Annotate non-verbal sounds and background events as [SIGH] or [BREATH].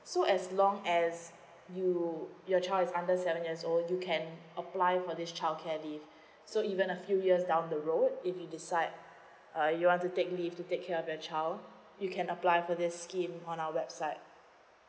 so as long as you your child is under seven years old you can apply for this childcare leave [BREATH] so even a few years down the road if you decide uh you want to take leave to take care of your child you can apply for this scheme on our website